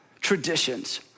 traditions